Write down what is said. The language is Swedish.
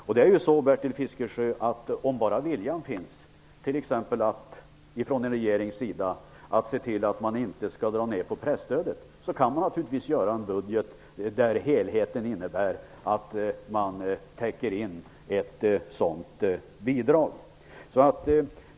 Om bara viljan finns, Bertil Fiskesjö, från en regerings sida att inte dra ned på presstödet, kan den naturligtvis göra upp en budget där ett sådant bidrag kan täckas inom ramen för helheten.